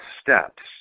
steps